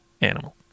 animal